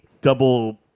double